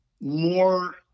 more